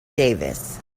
davis